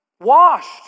Washed